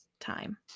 time